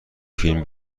فیلم